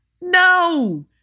no